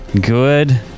good